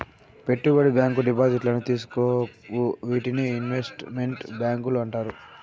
పెట్టుబడి బ్యాంకు డిపాజిట్లను తీసుకోవు వీటినే ఇన్వెస్ట్ మెంట్ బ్యాంకులు అంటారు